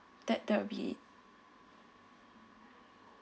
that that will be